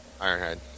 Ironhead